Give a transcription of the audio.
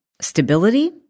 stability